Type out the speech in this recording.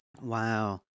Wow